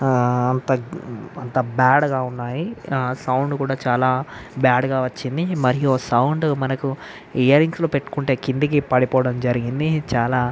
అంత బాడ్గా ఉన్నాయి సౌండ్ కూడా చాలా బాడ్గా వచ్చింది మరియు సౌండ్ మనకు ఇయర్రింగ్స్లో పెట్టుకుంటే కిందికి పడిపోవడం జరిగింది చాలా